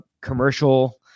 commercial